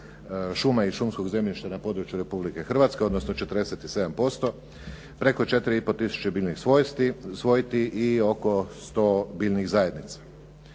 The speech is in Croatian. šuma i šumskog zemljišta na području Republike Hrvatske, odnosno 47%, preko 4,5 tisuće biljnih svojti i oko 100 biljnih zajednica.